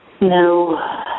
No